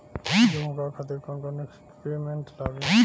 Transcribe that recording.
गेहूं उगावे खातिर कौन कौन इक्विप्मेंट्स लागी?